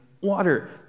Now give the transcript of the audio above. water